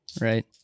Right